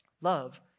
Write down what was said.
Love